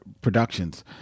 productions